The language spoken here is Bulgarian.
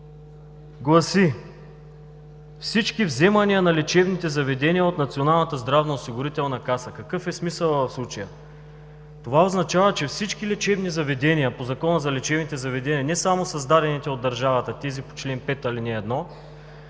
гласи: „всички взимания на лечебните заведения от Националната здравноосигурителна каса“. Какъв е смисълът в случая? Това означава, че всички лечебни заведения по Закона за лечебните заведения, не само създадените от държавата – тези по чл. 5, ал. 1,